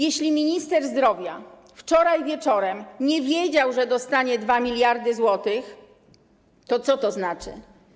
Jeśli minister zdrowia wczoraj wieczorem nie wiedział, że dostanie 2 mld zł, to co to znaczy?